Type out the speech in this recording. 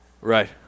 Right